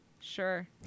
Sure